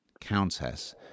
countess